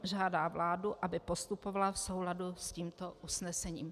Žádá vládu, aby postupovala v souladu s tímto usnesením.